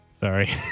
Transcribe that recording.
Sorry